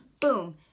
boom